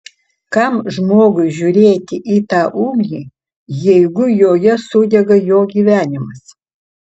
kam žmogui žiūrėti į tą ugnį jeigu joje sudega jo gyvenimas